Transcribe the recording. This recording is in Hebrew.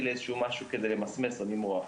לאיזה שהוא משהו כדי למסמס או למרוח,